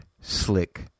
slick